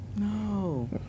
No